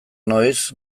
noiz